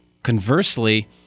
Conversely